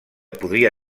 podria